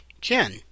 Jen